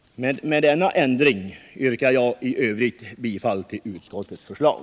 Med denna ändring yrkar jag i övrigt bifall till utskottets förslag.